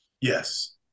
Yes